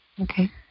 Okay